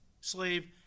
slave